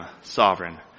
sovereign